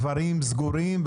הדברים סגורים.